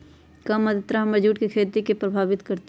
कम आद्रता हमर जुट के खेती के प्रभावित कारतै?